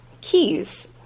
keys